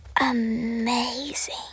amazing